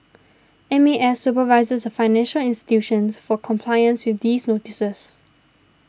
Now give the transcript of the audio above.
M A S supervises the financial institutions for compliance with these notices